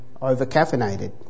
over-caffeinated